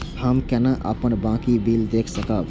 हम केना अपन बाँकी बिल देख सकब?